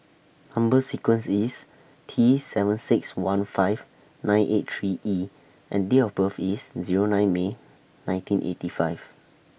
Number sequence IS T seven six one five nine eight three E and Date of birth IS Zero nine May nineteen eighty five